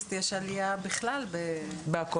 באוגוסט יש עלייה בכלל במעצרים.